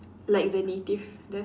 like the native that's